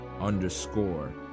underscore